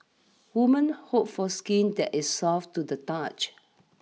women hope for skin that is soft to the touch